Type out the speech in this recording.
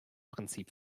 prinzip